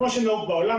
כמו שנהוג בעולם,